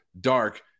dark